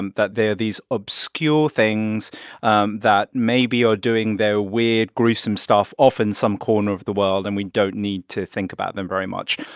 and that they're these obscure things um that maybe are doing their weird, gruesome stuff off in some corner of the world and we don't need to think about them very much,